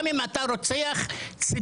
גם אם אתה רוצח סדרתי.